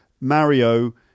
Mario